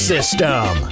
System